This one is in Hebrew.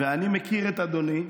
ואני מכיר את אדוני,